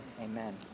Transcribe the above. Amen